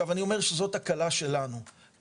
תודה רבה.